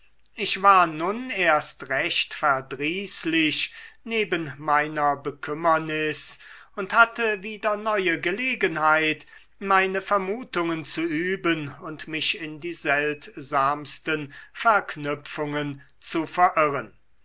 ich war nun erst recht verdrießlich neben meiner bekümmernis und hatte wieder neue gelegenheit meine vermutungen zu üben und mich in die seltsamsten verknüpfungen zu verirren